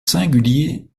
singuliers